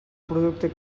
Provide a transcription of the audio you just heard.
producte